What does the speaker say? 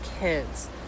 kids